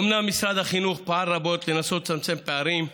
אומנם משרד החינוך פעל רבות לנסות לצמצם פערים,